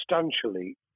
substantially